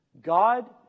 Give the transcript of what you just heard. God